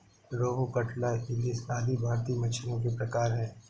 रोहू, कटला, इलिस आदि भारतीय मछलियों के प्रकार है